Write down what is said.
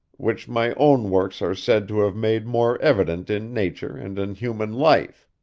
which my own works are said to have made more evident in nature and in human life.